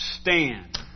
stand